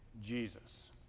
Jesus